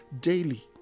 daily